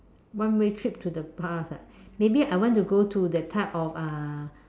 one way trip to the past ah maybe I want to go to that type of uh